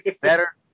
better